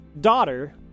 daughter